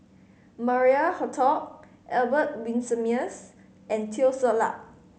Maria Hertogh Albert Winsemius and Teo Ser Luck